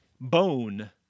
Bone